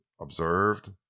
observed